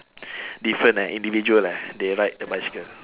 different ah individual eh they ride the bicycle